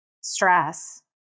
stress